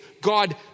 God